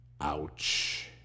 ouch